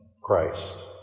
Christ